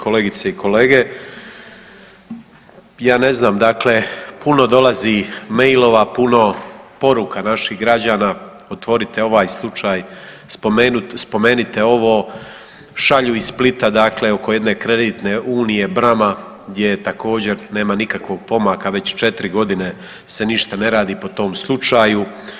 Kolegice i kolege, ja ne znam dakle puno dolazi mailova, puno poruka naših građana, otvorite ovaj slučaj, spomenite ovo, šalju iz Splita dakle oko jedne kreditne unije Brama gdje je također nema nikakvog pomaka već 4 godine se ništa ne radi po tom slučaju.